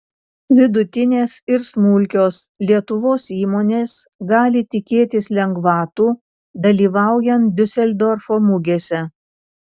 vidutinės ir smulkios lietuvos įmonės gali tikėtis lengvatų dalyvaujant diuseldorfo mugėse